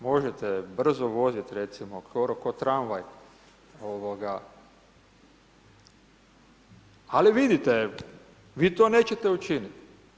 Možete brzo voziti recimo skoro ko tramvaj ovoga, ali vidite vi to nećete učiniti.